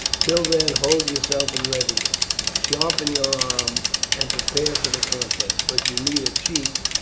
till then hold yourselves in readiness. sharpen your arms and prepare for the contest. but you need a chief.